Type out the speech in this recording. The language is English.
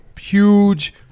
huge